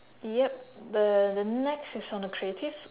yup the the next is on a creative